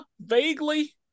vaguely